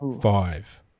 five